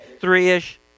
three-ish